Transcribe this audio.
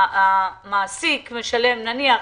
המעסיק משלם נניח,